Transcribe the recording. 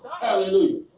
Hallelujah